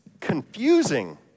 confusing